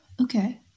okay